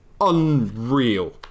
unreal